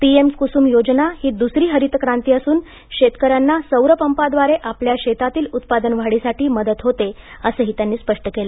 PM Kusum योजना ही दुसरी हरित क्रांती असून शेतकऱ्यांना सौरपंपाद्वांरे आपल्या शेतातील उत्पादन वाढीसाठी मदत होते असंही त्यांनी स्पष्ट केलं